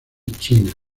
china